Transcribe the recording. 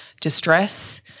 distress